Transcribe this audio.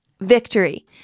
Victory